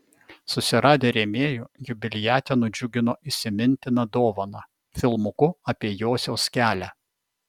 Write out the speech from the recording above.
susiradę rėmėjų jubiliatę nudžiugino įsimintina dovana filmuku apie josios kelią